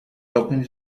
tochen